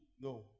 no